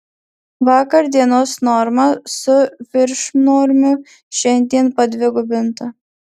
vakar dienos norma su viršnormiu šiandien padvigubinta